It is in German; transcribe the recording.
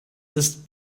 das